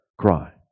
cry